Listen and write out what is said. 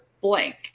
blank